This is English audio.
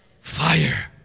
Fire